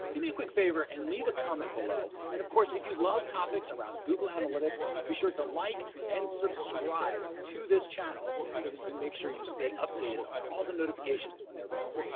me a quick favor and leave a comment below and of course if you love topics around google analytics be sure to like and subscribe to this channel so that you can make sure you stay updated on all the notifications when they're available.